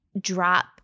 drop